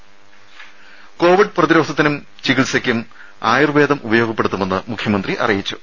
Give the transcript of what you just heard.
ദരദ കോവിഡ് പ്രതിരോധത്തിനും ചികിത്സയ്ക്കും ആയുർവേദം ഉപയോഗപ്പെടുത്തുമെന്ന് മുഖ്യമന്ത്രി അറിയിച്ചു